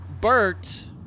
Bert